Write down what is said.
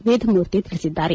ವೇದಮೂರ್ತಿ ತಿಳಿಸಿದ್ದಾರೆ